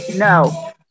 No